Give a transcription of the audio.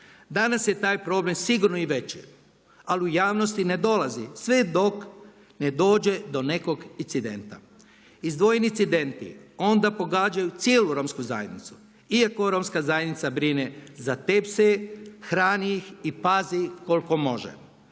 Danas je taj problem sigurno i veći ali u javnosti ne dolazi sve dok ne dođe do nekog incidenta. Izdvojeni incidenti onda pogađaju cijelu Romsku zajednicu iako Romska zajednica brine za te pse, hrani ih i pazi koliko može.